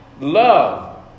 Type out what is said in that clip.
Love